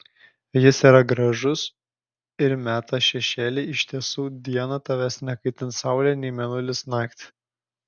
jis yra gražus ir meta šešėlį iš tiesų dieną tavęs nekaitins saulė nei mėnulis naktį